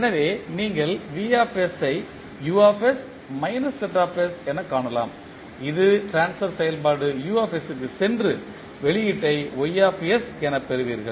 எனவே நீங்கள் எனக் காணலாம் இது ட்ரான்ஸ்பர் செயல்பாடு க்குச் சென்று வெளியீட்டை எனப் பெறுவீர்கள்